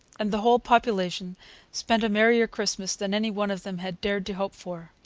and the whole population spent a merrier christmas than any one of them had dared to hope for.